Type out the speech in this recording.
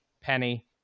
Penny